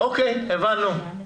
הבנו.